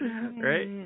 right